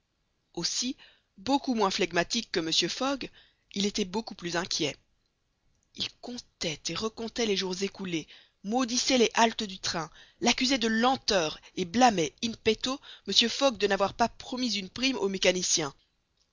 aussi beaucoup moins flegmatique que mr fogg il était beaucoup plus inquiet il comptait et recomptait les jours écoulés maudissait les haltes du train l'accusait de lenteur et blâmait in petto mr fogg de n'avoir pas promis une prime au mécanicien